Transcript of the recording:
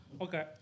Okay